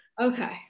Okay